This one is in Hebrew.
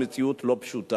היא מציאות לא פשוטה,